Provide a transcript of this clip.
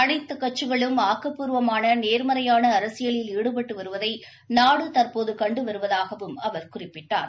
அனைத்து கட்சிகளும் ஆக்கப்பூர்வமான நேர்மறையான அரசியலில் ஈடுபட்டு வருவதை நாடு தற்போது கண்டு வருவதாகவும் அவர் குறிப்பிட்டார்